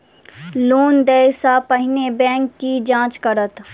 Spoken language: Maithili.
लोन देय सा पहिने बैंक की जाँच करत?